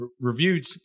reviewed